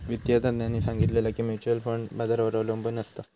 वित्तिय तज्ञांनी सांगितला की म्युच्युअल फंड बाजारावर अबलंबून असता